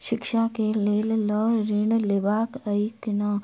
शिक्षा केँ लेल लऽ ऋण लेबाक अई केना